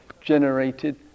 generated